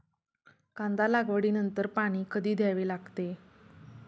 कांदा लागवडी नंतर पाणी कधी द्यावे लागते?